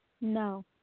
No